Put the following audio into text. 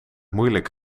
moeilijk